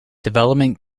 development